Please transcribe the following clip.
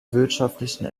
wirtschaftlichen